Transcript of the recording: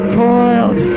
coiled